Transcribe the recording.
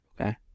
Okay